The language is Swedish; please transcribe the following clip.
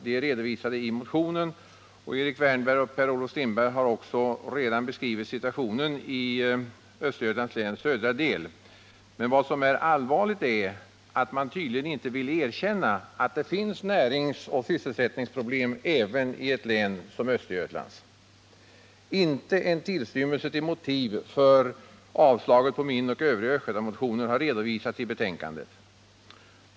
De är redovisade i motionen. Erik Wärnberg och Per-Olof Strindberg har också redan beskrivit situationen i Östergötlands läns södra del. Men vad som är allvarligt är att man tydligen inte vill erkänna att det finns näringsoch sysselsättningsproblem även i ett län som Östergötlands. Inte en tillstymmelse till motiv för avslaget på min och övriga Östgötamotioner har redovisats i betänkandet.